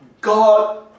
God